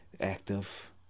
active